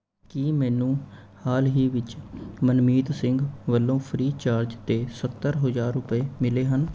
ਕੀ ਮੈਨੂੰ ਹਾਲ ਹੀ ਵਿੱਚ ਮਨਮੀਤ ਸਿੰਘ ਵੱਲੋਂ ਫ੍ਰੀਚਾਰਜ 'ਤੇ ਸੱਤਰ ਹਜ਼ਾਰ ਰੁਪਏ ਮਿਲੇ ਹਨ